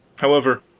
however,